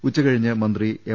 ഉച്ചകഴിഞ്ഞ് മന്ത്രി എം